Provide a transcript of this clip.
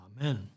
Amen